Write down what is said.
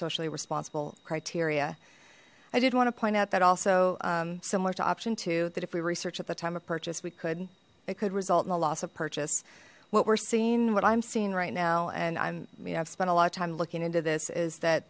socially responsible criteria i did want to point out that also similar to option two that if we research at the time of purchase we could it could result in the loss of purchase what we're seeing what i'm seeing right now and i mean i've spent a lot of time looking into this is that